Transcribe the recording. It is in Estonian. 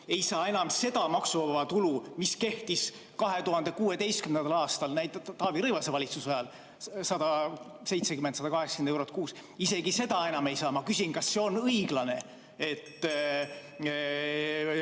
ei saa enam seda maksuvaba tulu, mis kehtis 2016. aastal, Taavi Rõivase valitsuse ajal: 170, 180 eurot kuus. Isegi seda enam ei saa. Ma küsin, kas see on õiglane, et